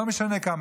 לא משנה כמה.